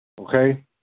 Okay